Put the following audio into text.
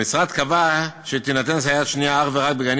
המשרד קבע שתינתן סייעת שנייה אך ורק בגנים